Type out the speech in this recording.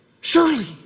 Surely